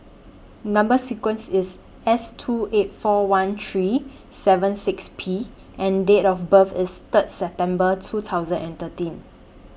Number sequence IS S two eight four one three seven six P and Date of birth IS Third September two thousand and thirteen